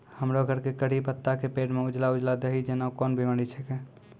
हमरो घर के कढ़ी पत्ता के पेड़ म उजला उजला दही जेना कोन बिमारी छेकै?